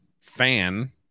fan